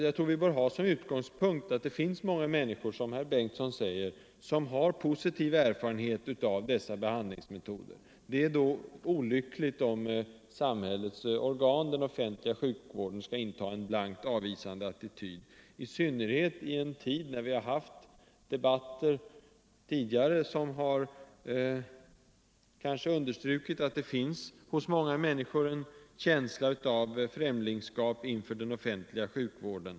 Jag tror att vi bör ha som en utgångspunkt att det finns många människor — som herr Bengtsson säger — som har positiv erfarenhet av dessa behandlingsmetoder. Det är då olyckligt om sjukvårdsmyndigheterna intar en blankt avvisande attityd, i synnerhet när vi vet att det hos många människor finns en känsla av främlingskap inför den offentliga sjukvården.